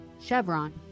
Chevron